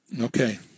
Okay